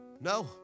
No